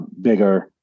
bigger